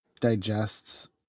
digests